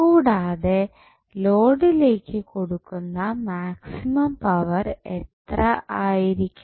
കൂടാതെ ലോഡിലേക്ക് കൊടുക്കുന്ന മാക്സിമം പവർ ഇത്ര ആയിരിക്കണം